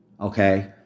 okay